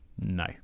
no